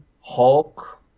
hulk